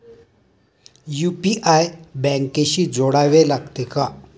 UPI बँकेशी जोडावे लागते का?